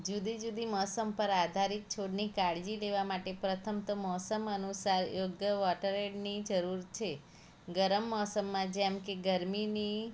જુદી જુદી મોસમ પર આધારિત છોડની કાળજી લેવા માટે પ્રથમ તો મોસમ અનુસાર યોગ્ય વોટરએડની જરૂર છે ગરમ મોસમમાં જેમકે ગરમીની